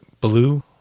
blue